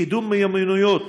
קידום מיומנויות